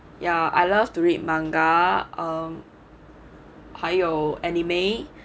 ya I love to read manga um 还有 anime